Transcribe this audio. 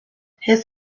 his